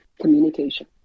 communication